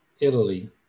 Italy